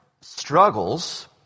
struggles